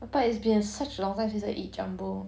but it's been such a long time since I eat jumbo